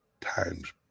times